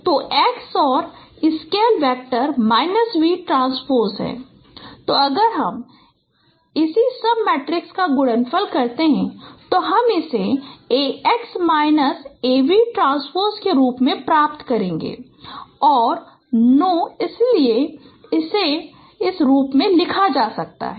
तो x और scale factor minus v transpose x है तो अगर हम इसी सब मेट्रिक्स का गुणनफल करते हैं हम इसे Ax minus a v transpose x के रूप में प्राप्त करेगें और नो ah इसलिए इसे इस रूप में लिखा जा सकता है